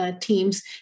teams